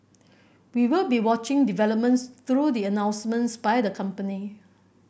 we will be watching developments through the announcements by the company